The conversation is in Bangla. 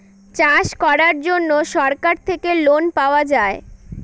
চাষ করার জন্য সরকার থেকে লোন পাওয়া যায়